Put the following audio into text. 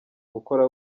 gukora